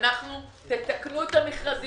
תקנו את המכרזים,